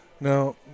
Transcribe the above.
Now